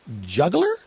juggler